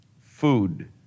food